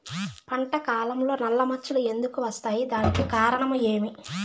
పంట కాలంలో నల్ల మచ్చలు ఎందుకు వస్తాయి? దానికి కారణం ఏమి?